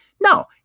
no